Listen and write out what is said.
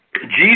Jesus